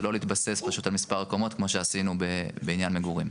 ולא להתבסס בסוס על מספר הקומות כמו שעשינו בעניין מגורים.